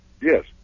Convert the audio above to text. Yes